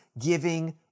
giving